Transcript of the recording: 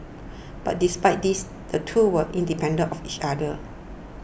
but despite this the two were independent of each other